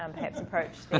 um perhaps approach